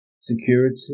security